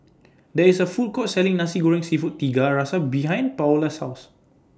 There IS A Food Court Selling Nasi Goreng Seafood Tiga Rasa behind Paola's House